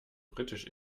britisch